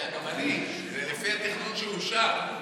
כן, גם אני, לפי התכנון שאושר.